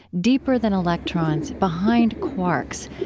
deeper than electrons, behind quarks,